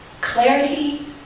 clarity